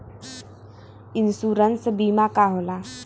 Insurance बीमा का होला?